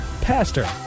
Pastor